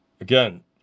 Again